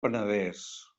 penedès